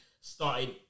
started